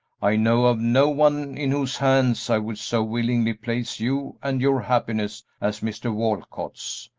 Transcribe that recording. i know of no one in whose hands i would so willingly place you and your happiness as mr. walcott's.